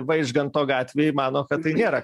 vaižganto gatvėj mano kad tai nėra